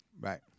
Right